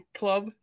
club